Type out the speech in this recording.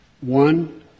one